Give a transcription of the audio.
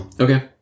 Okay